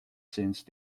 since